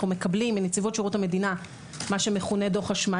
אנחנו מקבלים מנציבות שירות המדינה מה שמכונה דוח אשמה,